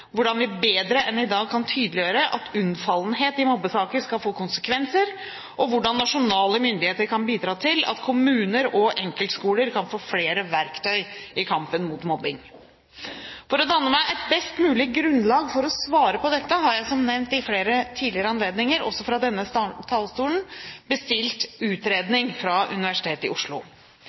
hvordan vi bedre enn i dag kan tydeliggjøre at unnfallenhet i mobbesaker skal få konsekvenser, og hvordan nasjonale myndigheter kan bidra til at kommuner og enkeltskoler kan få flere verktøy i kampen mot mobbing. For å danne meg et best mulig grunnlag for å svare på dette har jeg som nevnt ved flere tidligere anledninger, også fra denne talerstolen, bestilt en utredning fra Universitetet i Oslo.